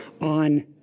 on